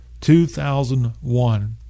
2001